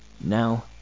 Now